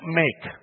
make